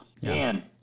Man